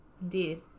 Indeed